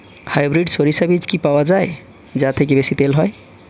Hybrid শরিষা বীজ কি পাওয়া য়ায় যা থেকে বেশি তেল হয়?